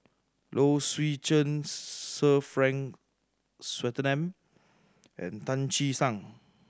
Low Swee Chen Sir Frank Swettenham and Tan Che Sang